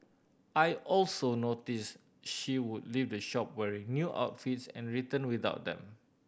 I also notice she would leave the shop wearing new outfits and returned without them